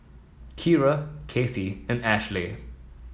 Keira Cathey and Ashleigh